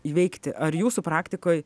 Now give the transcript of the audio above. įveikti ar jūsų praktikoj